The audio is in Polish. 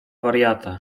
wariata